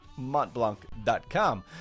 Montblanc.com